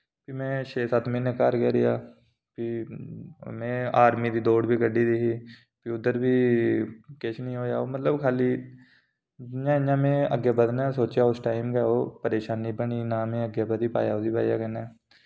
फ्ही में छे सत्त म्हीने घर गै रेहा फ्ही में आर्मी दी दौड़ बी कड्ढी दी ही फ्ही उद्धर बी फ्ही किश नि होआ मतलब खाली जियां जियां में अग्गै बधने दा सोचेआ उस टाइम गै ओह् परेशानी बनी ना में ओह् अग्गै बधी पाया उदी बजह कन्नै